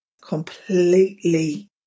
completely